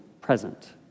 present